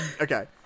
Okay